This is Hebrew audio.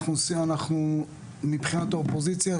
אנחנו מבחינת האופוזיציה,